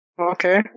Okay